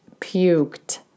puked